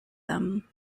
them